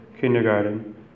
kindergarten